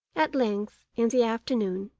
at length, in the afternoon,